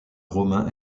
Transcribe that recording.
romain